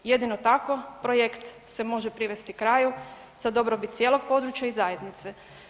Jedino tako projekt se može privesti kraju za dobrobit cijelog područja i zajednice.